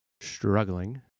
struggling